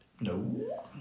No